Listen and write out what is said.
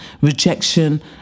rejection